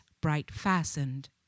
bright-fastened